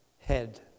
head